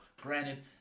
Granted